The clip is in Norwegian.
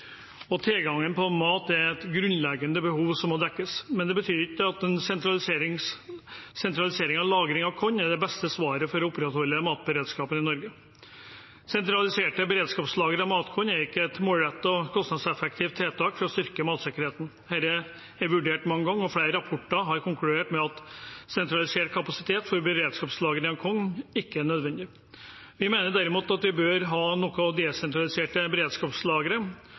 og tilgangen på mat er et grunnleggende behov som må dekkes. Det betyr ikke at en sentralisering av lagring av korn er det beste svaret for å opprettholde matberedskapen i Norge. Sentraliserte beredskapslager av matkorn er ikke et målrettet og kostnadseffektivt tiltak for å styrke matsikkerheten. Dette er vurdert mange ganger, og flere rapporter har konkludert med at sentralisert kapasitet for beredskapslagring av korn ikke er nødvendig. Vi mener derimot at vi bør ha noen desentraliserte